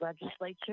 legislature